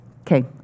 okay